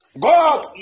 God